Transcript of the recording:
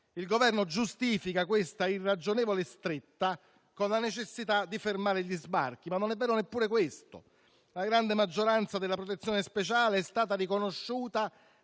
Il Governo giustifica questa irragionevole stretta con la necessità di fermare gli sbarchi, ma non è vero neppure questo. La grande maggioranza della protezione speciale è stata riconosciuta